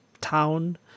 town